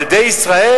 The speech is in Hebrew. על ילדי ישראל.